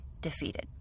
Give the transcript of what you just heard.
defeated